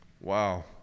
Wow